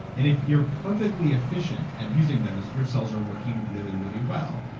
and if you're perfectly efficient at using those, your cells are working really, really well.